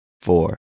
Four